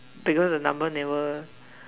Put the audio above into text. because the number never